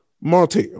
Martel